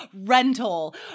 rental